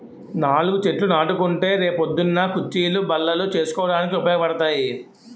నాలుగు చెట్లు నాటుకుంటే రే పొద్దున్న కుచ్చీలు, బల్లలు చేసుకోడానికి ఉపయోగపడతాయి